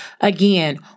Again